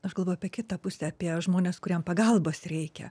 aš galvoju apie kitą pusę apie žmones kuriem pagalbos reikia